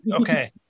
Okay